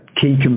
key